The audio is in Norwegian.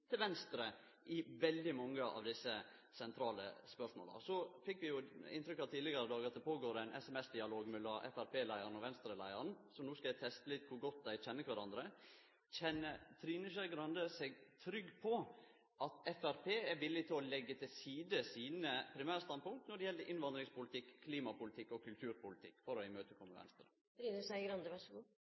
til Venstre i veldig mange av desse sentrale spørsmåla. Vi fekk inntrykk av tidlegare i dag at det føregår ein SMS-dialog mellom Framstegsparti-leiaren og Venstre-leiaren. No skal eg teste litt kor godt dei kjenner kvarandre: Kjenner Trine Skei Grande seg trygg på at Framstegspartiet er villig til å leggje til side sine primærstandpunkt når det gjeld innvandringspolitikk, klimapolitikk og kulturpolitikk, for å